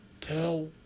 Tell